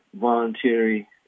voluntary